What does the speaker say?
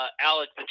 Alex